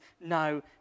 no